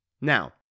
Now